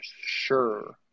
sure